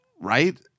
right